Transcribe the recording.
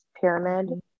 pyramid